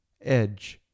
Edge